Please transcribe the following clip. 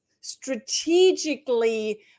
strategically